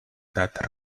that